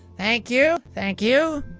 thank you, thank you.